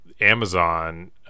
Amazon